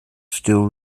still